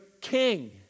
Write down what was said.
king